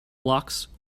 vlachs